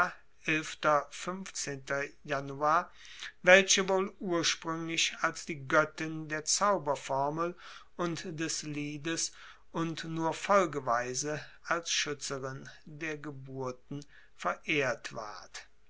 welche wohl urspruenglich als die goettin der zauberformel und des liedes und nur folgeweise als schuetzerin der geburten verehrt ward